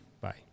Bye